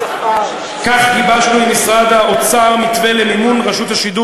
כך גיבשנו עם משרד האוצר מתווה למימון רשות השידור